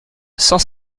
cent